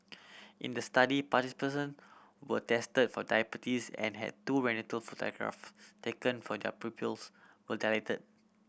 in the study participants were tested for diabetes and had two retinal photograph taken for their pupils were dilated